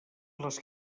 les